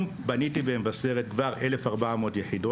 בניתי במבשרת כבר 1,400 יחידות דיור,